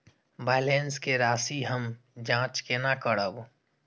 Balance के राशि हम जाँच केना करब?